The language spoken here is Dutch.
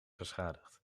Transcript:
beschadigd